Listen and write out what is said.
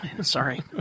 Sorry